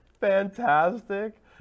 fantastic